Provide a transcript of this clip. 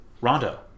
Rondo